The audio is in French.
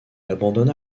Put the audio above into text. abandonna